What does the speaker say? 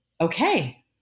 okay